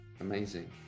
amazing